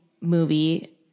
movie